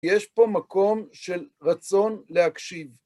יש פה מקום של רצון להקשיב.